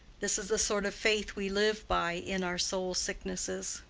this is the sort of faith we live by in our soul sicknesses.